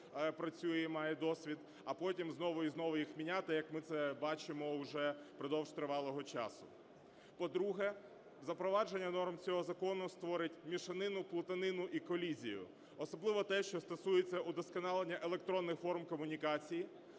працює і має досвід, а потім знову і знову їх міняти, як ми це бачимо вже впродовж тривалого часу. По-друге, запровадження норм цього закону створить мішанину, плутанину і колізію. Особливо те, що стосується удосконалення електронних форм комунікацій,